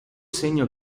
segno